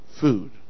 food